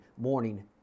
morning